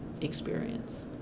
experience